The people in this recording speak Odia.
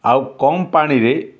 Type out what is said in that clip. ଆଉ କମ୍ ପାଣିରେ